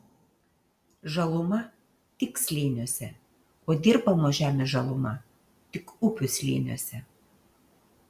žaluma tik slėniuose o dirbamos žemės žaluma tik upių slėniuose